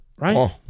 right